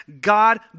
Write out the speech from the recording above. God